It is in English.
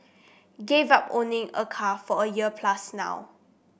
gave up owning a car for a year plus now